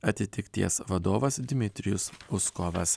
atitikties vadovas dmitrijus uskovas